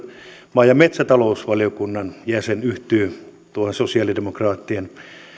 maa ja metsätalousvaliokunnan jäsen yhtyy tuohon sosiaalidemokraattien